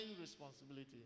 responsibility